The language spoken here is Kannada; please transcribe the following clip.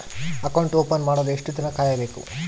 ಅಕೌಂಟ್ ಓಪನ್ ಮಾಡಲು ಎಷ್ಟು ದಿನ ಕಾಯಬೇಕು?